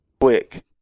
quick